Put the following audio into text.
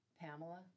Pamela